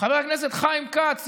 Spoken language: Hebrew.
חבר הכנסת חיים כץ,